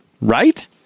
Right